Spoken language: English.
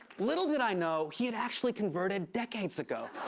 little did i know, he had actually converted decades ago.